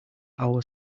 our